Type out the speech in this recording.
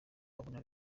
abona